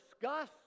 discuss